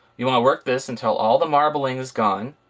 you want to work this until all the marbling is gone.